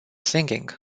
singing